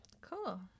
cool